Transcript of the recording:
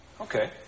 Okay